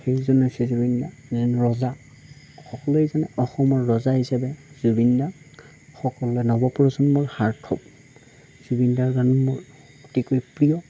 সেইজনেই হৈছে জুবিনদা মেইন ৰজা সকলোৱে জানে অসমৰ ৰজা হিচাপে জুবিনদাক সকলোৰে নৱ প্ৰজন্মৰ সাৰ্থক জুবিনদাৰ গান মোৰ অতিকৈ প্ৰিয়